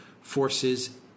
Forces